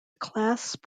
clasp